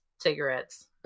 cigarettes